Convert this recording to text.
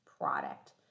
product